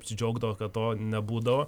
apsidžiaugdavo kad to nebūdavo